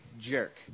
jerk